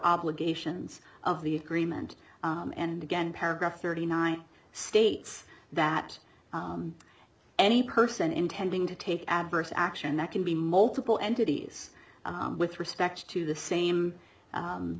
obligations of the agreement and again paragraph thirty nine states that any person intending to take adverse action that can be multiple entities with respect to the same